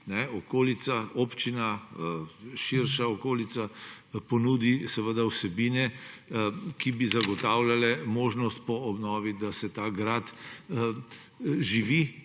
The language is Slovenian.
okolica, občina, širša okolica ponudi vsebine, ki bi zagotavljale možnost po obnovi, da ta grad živi